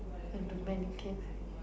and too many scared